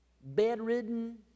bedridden